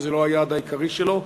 שזה לא היעד העיקרי שלו,